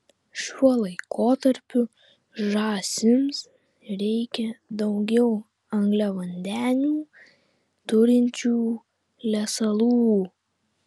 šiuo laikotarpiu žąsims reikia daugiau angliavandenių turinčių lesalų